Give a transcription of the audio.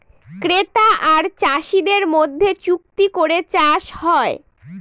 ক্রেতা আর চাষীদের মধ্যে চুক্তি করে চাষ হয়